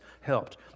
helped